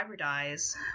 hybridize